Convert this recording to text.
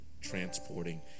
transporting